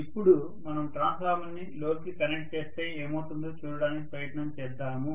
ఇపుడు మనము ట్రాన్స్ఫార్మర్ ని లోడ్ కి కనెక్ట్ చేస్తే ఏమవుతుందో చూడడానికి ప్రయత్నం చేద్దాము